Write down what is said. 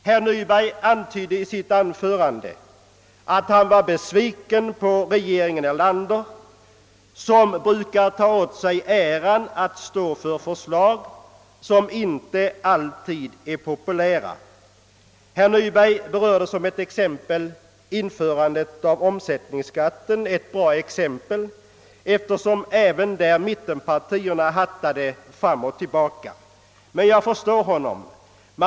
Herr Nyberg antydde i sitt anförande att han var besviken på regeringen Erlander som brukar ta åt sig äran av att stå för förslag som inte alltid är populära. Herr Nyberg anförde som ett exempel införandet av omsättningsskatten — ett bra exempel, eftersom mittenpartierna även i den frågan hattade fram och tillbaka. Men jag förstår hans dilemma.